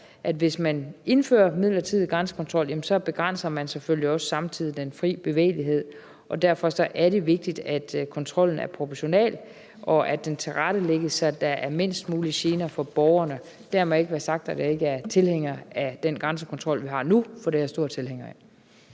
at hvis man indfører midlertidig grænsekontrol, jamen så begrænser man selvfølgelig også samtidig den fri bevægelighed. Derfor er det vigtigt, at kontrollen er proportional, og at den tilrettelægges, så der er mindst muligt med gener for borgerne. Dermed ikke være sagt, at jeg ikke er tilhænger af den grænsekontrol, vi har nu, for den er jeg stor tilhænger af.